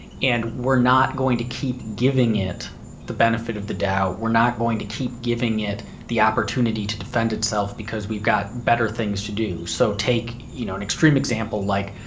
and we're not going to keep giving it the benefit of the doubt, we're not going to keep giving it the opportunity to defend itself because we've got better things to do. so take you know an extreme example like